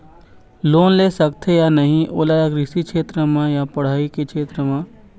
Loan ले सकथे या नहीं ओला कृषि क्षेत्र मा या पढ़ई के क्षेत्र मा?